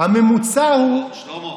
הממוצע הוא, שלמה,